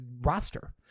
roster